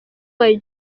wayo